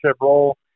role